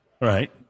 Right